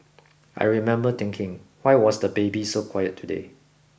I remember thinking why was the baby so quiet today